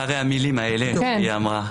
אחרי המילים האלה שהיא אמרה,